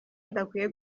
adakwiye